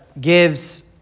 gives